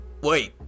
Wait